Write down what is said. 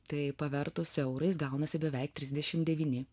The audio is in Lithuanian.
tai pavertus eurais gaunasi beveik trisdešim devyni